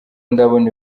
ndabona